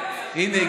הינה,